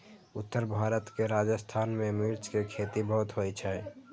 उत्तर भारत के राजस्थान मे मिर्च के खेती बहुत होइ छै